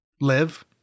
live